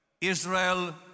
Israel